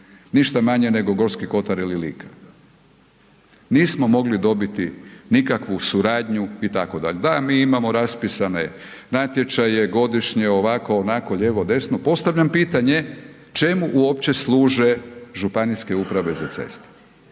Ništa manje nego Gorski kotar ili Lika. Nismo mogli dobiti nikakvu suradnju itd., da mi imamo raspisane natječaje godišnje ovako, onako, lijevo, desno, ostavljam pitanje. Čemu uopće služe županijske uprave za ceste?